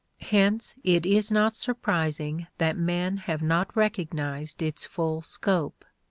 hence it is not surprising that men have not recognized its full scope.